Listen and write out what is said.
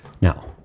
Now